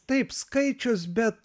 taip skaičius bet